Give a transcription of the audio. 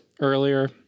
earlier